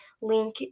link